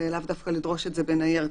לאו דווקא לדרוש את זה בניירת.